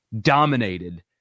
dominated